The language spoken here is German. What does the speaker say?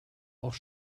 auch